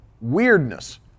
weirdness